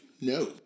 no